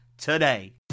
today